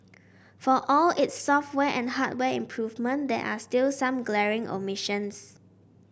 for all its software and hardware improvement there are still some glaring omissions